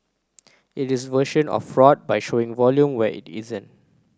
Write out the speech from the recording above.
it is a version of fraud by showing volume where it isn't